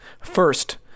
first